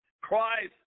Christ